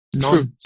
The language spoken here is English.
True